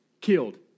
killed